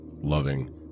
loving